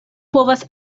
povas